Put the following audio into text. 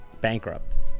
bankrupt